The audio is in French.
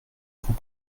vous